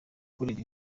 kurira